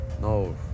no